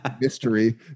mystery